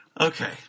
Okay